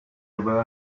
were